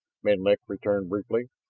menlik returned briefly.